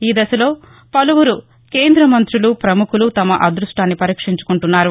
ఈ దశలో పలువురు కేంద్ర మంతులు ప్రముఖులు తమ అదృష్టాన్ని పరీక్షించుకుంటున్నారు